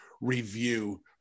review